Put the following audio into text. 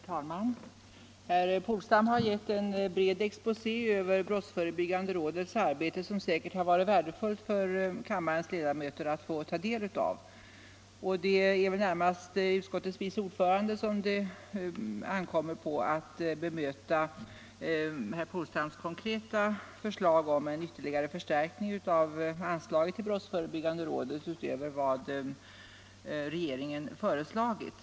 Herr talman! Herr Polstam har gett en bred exposé över brottsförebyggande rådets arbete som säkert varit värdefull för kammarens ledamöter att få ta del av. Det är närmast utskottets vice ordförande det ankommer på att bemöta herr Polstams konkreta förslag om ytterligare förstärkningar av anslagen till brottsförebyggande rådet utöver vad regeringen föreslagit.